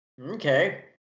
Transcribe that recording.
Okay